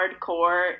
hardcore